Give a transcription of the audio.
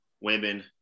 women